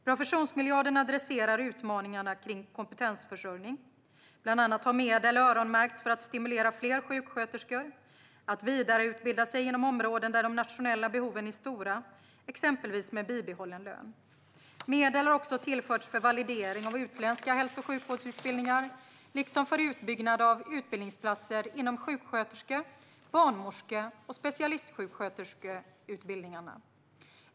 Professionsmiljarden adresserar utmaningarna kring kompetensförsörjning. Bland annat har medel öronmärkts för att stimulera fler sjuksköterskor att vidareutbilda sig inom områden där de nationella behoven är stora, exempelvis med bibehållen lön. Medel har också tillförts för validering av utländska hälso och sjukvårdsutbildningar liksom för utbyggnad av utbildningsplatser inom sjuksköterske, barnmorske och specialistsjuksköterskeutbildningarna.